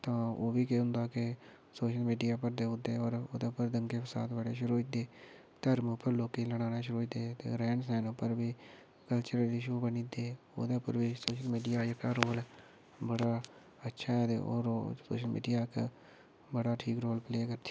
तां ओह् बी केह होंदा के सोशल मीडिया पर देई ओड़दे ओह्दे उप्पर दंगे फसाद बड़े शुरू होई जन्दे धर्म उप्पर लोकें गी लड़ाना शुरू होई जन्दे ते रैह्न सैह्न उप्पर बी कल्चरल इशू बनी जंदे ओह्दे उप्पर बी सोशल मीडिया दा जेहका रोल ऐ बड़ा अच्छा ऐ ते ओह् रोल बी सोशल मीडिया बड़ा ठीक रोल प्ले करदी